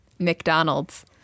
mcdonald's